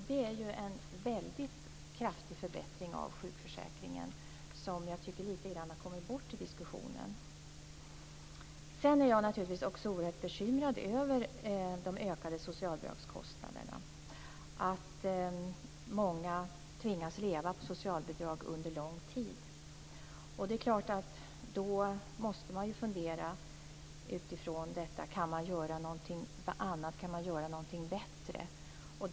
Det är en väldigt kraftig förbättring av sjukförsäkringen som jag tycker har kommit bort lite grann i diskussionen. Jag är naturligtvis också oerhört bekymrad över de ökade socialbidragskostnaderna och att många tvingas leva på socialbidrag under lång tid. Det är klart att man utifrån detta måste fundera på vad man kan göra. Kan man göra någonting annat och bättre?